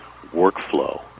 workflow